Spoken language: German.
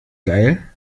geil